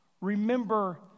Remember